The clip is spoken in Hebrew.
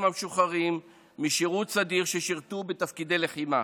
המשוחררים משירות סדיר ששירתו בתפקידי לחימה.